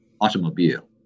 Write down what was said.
automobile